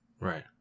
Right